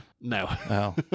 no